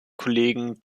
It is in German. kollegen